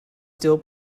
still